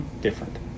different